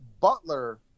Butler